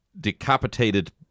decapitated